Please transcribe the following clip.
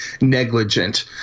negligent